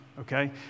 Okay